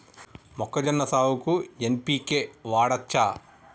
మొక్కజొన్న సాగుకు ఎన్.పి.కే వాడచ్చా?